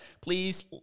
please